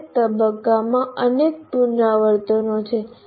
દરેક તબક્કામાં અનેક પુનરાવર્તનો છે